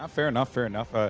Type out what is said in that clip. ah fair enough. fair enough. ah